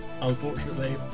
unfortunately